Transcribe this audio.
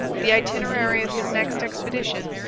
the itinerary of his next expedition,